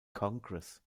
congress